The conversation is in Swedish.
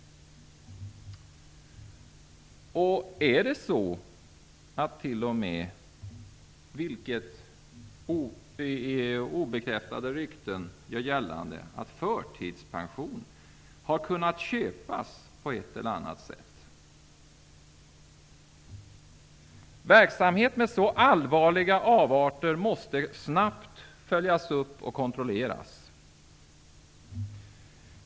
Är det så, vilket obekräftade rykten gör gällande, att förtidspension har kunnat köpas på ett eller annat sätt? En verksamhet med så allvarliga avarter måste snabbt följas upp och kontrolleras.